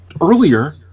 earlier